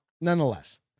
nonetheless